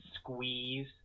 squeeze